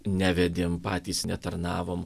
nevedėm patys netarnavom